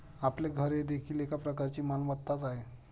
आपले घर हे देखील एक प्रकारची मालमत्ताच आहे